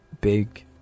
big